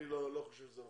אני לא חושב שזה נכון.